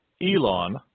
Elon